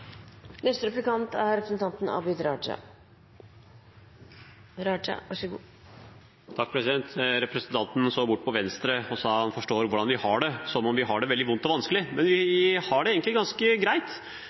Representanten så bort på Venstre og sa at han forstår hvordan vi har det, som om vi har det veldig vondt og vanskelig, men vi har det egentlig ganske greit.